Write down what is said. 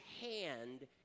hand